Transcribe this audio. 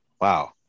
wow